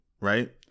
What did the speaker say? right